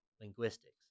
linguistics